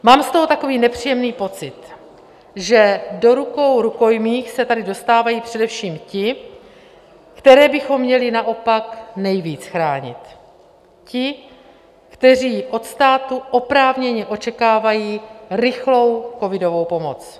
Mám z toho takový nepříjemný pocit, že do rukou rukojmích se tady dostávají především ti, které bychom měli naopak nejvíc chránit, ti, kteří od státu oprávněně očekávají rychlou covidovou pomoc.